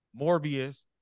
Morbius